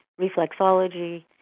reflexology